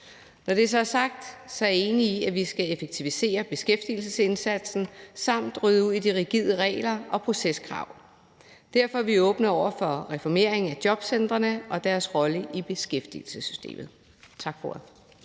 Når det er sagt, er jeg enig i, at vi skal effektivisere beskæftigelsesindsatsen samt rydde ud i de rigide regler og proceskrav. Derfor er vi åbne over for en reformering af jobcentrene og deres rolle i beskæftigelsessystemet. Tak for